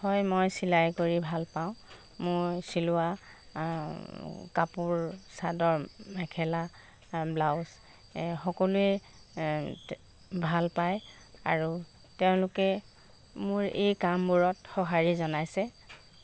হয় মই চিলাই কৰি ভালপাওঁ মই চিলোৱা কাপোৰ চাদৰ মেখেলা ব্লাউজ সকলোৱে ভাল পায় আৰু তেওঁলোকে মোৰ এই কামবোৰত সঁহাৰি জনাইছে